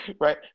right